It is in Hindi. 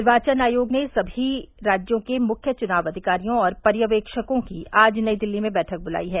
निर्वाचन आयोग ने सभी राज्यों के मुख्य चुनाव अधिकारियों और पर्यवेक्षकों की आज नई दिल्ली में बैठक बुलायी है